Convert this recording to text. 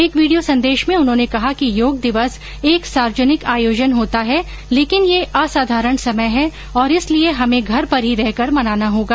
एक वीडियो संदेश में उन्होंने कहा कि योग दिवस एक सार्वजनिक आयोजन होता है लेकिन यह असाधारण समय है और इसलिए हमें घर पर ही रहकर मनाना होगा